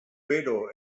bero